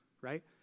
right